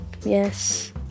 Yes